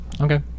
Okay